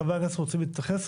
חברי הכנסת רוצים להתייחס?